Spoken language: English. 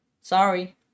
Sorry